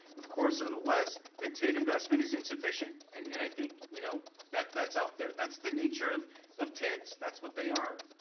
of course unless the tid investment is insufficient. and and i think, you know, that's out there, that's the nature of of tids, that's what they are.